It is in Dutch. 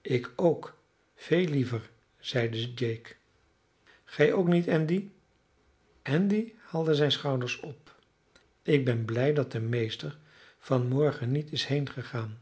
ik ook veel liever zeide jake gij ook niet andy andy haalde zijne schouders op ik ben blij dat de meester van morgen niet is heengegaan